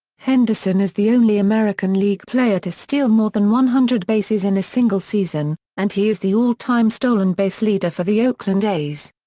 henderson is the only american league player to steal more than one hundred bases in a single season, and he is the all-time stolen base leader for the oakland a's.